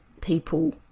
people